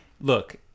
look